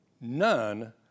none